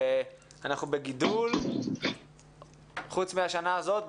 חוץ מאשר השנה הזאת?